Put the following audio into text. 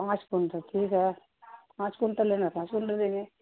پانچ کئنٹل ٹھیک ہے پانچ کئنٹل لینا پانچ کئنٹل دیں گے